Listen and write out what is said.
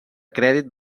crèdit